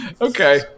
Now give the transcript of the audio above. Okay